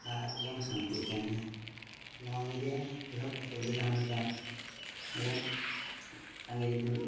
ᱟᱨᱵᱚᱱ ᱥᱟᱱᱛᱤᱜ ᱠᱟᱱ ᱜᱮᱭᱟ ᱱᱚᱣᱟ ᱢᱤᱰᱤᱭᱟ ᱮᱦᱚᱵ ᱠᱟᱛᱮᱫᱜᱮ ᱡᱟᱦᱟᱸᱞᱮᱠᱟ ᱟᱵᱚ ᱟᱸᱜᱮᱡᱫᱤᱱ